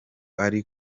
ari